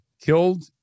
killed